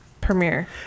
premiere